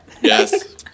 Yes